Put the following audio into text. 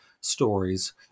stories